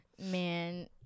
Man